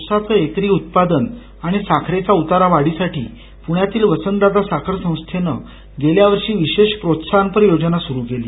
उसाचं एकरी उत्पादन आणि साखरेचा उतारा वाढीसाठी पृण्यातील वसंतदादा साखर संस्थेनं गेल्या वर्षी विशेष प्रोत्साहनपर योजना सूरू केली